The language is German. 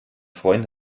freund